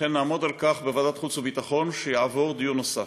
לכן בוועדת החוץ והביטחון נעמוד על כך שיהיה דיון נוסף.